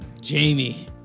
Jamie